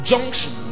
Junction